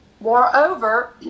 Moreover